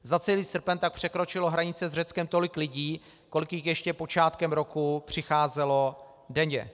Za celý srpen tak překročilo hranice s Řeckem tolik lidí, kolik jich ještě počátkem roku přicházelo denně.